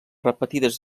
repetides